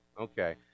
Okay